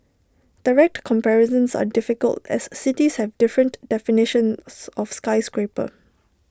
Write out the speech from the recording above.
direct comparisons are difficult as cities have different definitions of skyscraper